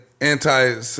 Anti